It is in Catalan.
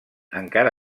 encara